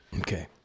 Okay